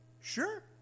Sure